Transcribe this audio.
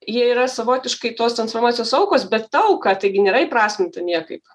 jie yra savotiškai tos transformacijos aukos bet ta auka taigi nėra įprasminta niekaip